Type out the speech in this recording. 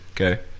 Okay